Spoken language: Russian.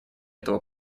этого